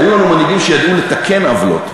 היו לנו מנהיגים שידעו לתקן עוולות,